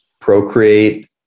Procreate